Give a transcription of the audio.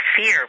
fear